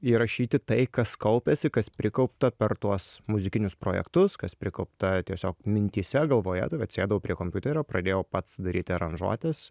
įrašyti tai kas kaupėsi kas prikaupta per tuos muzikinius projektus kas prikaupta tiesiog mintyse galvoje tuomet sėdau prie kompiuterio pradėjau pats daryti aranžuotes